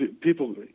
people